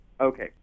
okay